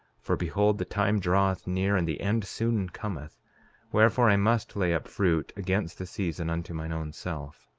for behold, the time draweth near, and the end soon cometh wherefore, i must lay up fruit against the season, unto mine own self.